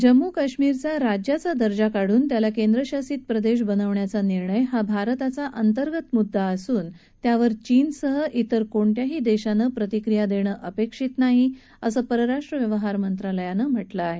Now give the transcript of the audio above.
जम्मू कश्मीरचा राज्याचा दर्जा काढून त्याला केंद्रशासित प्रदेश बनवण्याचा निर्णय हा भारताचा अंतर्गत म्द्दा असून त्यावर चीनसह इतर कोणत्याही देशानं प्रतिक्रिया देणं अपेक्षित नाही असं परराष्ट्र व्यवहार मंत्रालयानं म्हटलं आहे